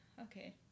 Okay